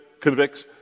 convicts